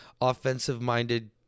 offensive-minded